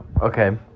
Okay